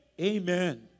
amen